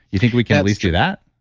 you think we can at least do that?